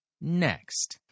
next